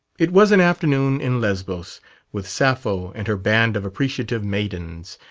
it was an afternoon in lesbos with sappho and her band of appreciative maidens.